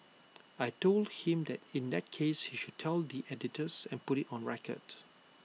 I Told him that in that case he should tell the editors and put IT on record